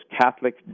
Catholic